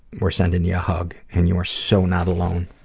we're sending you a hug and you are so not alone.